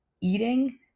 eating